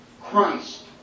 Christ